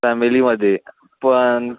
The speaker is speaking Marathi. फॅमिलीमध्ये एक पण